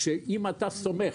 שאם אתה סומך